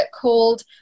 called